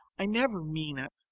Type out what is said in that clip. i never mean it.